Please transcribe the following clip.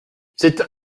c’est